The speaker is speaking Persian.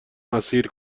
اسیر